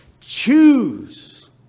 Choose